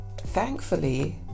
thankfully